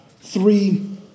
three